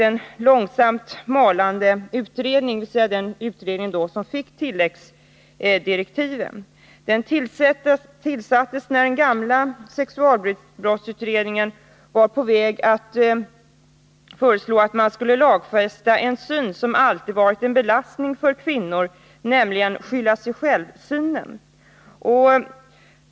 Sexualbrottskommittén, dvs. den utredning som fick de tilläggsdirektiv jag nämnde, har varit en långsamt malande utredning. Den tillsattes när den gamla sexualbrottsutredningen var på väg att föreslå att man skulle lagfästa en syn som alltid varit en belastning för kvinnan, nämligen ”skyllasig-själv-synen”.